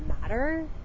matter